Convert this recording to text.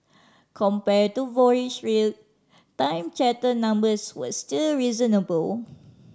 compare to voyage rate time charter numbers were still reasonable